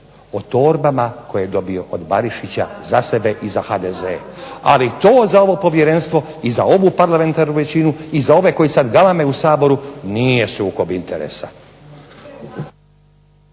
o torbama koje je dobio od Barišića za sebe i za HDZ, ali to za ovo povjerenstvo i za ovu parlamentarnu većinu i za ove koji sad galame u Saboru nije sukob interesa.